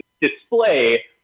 display